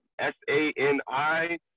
S-A-N-I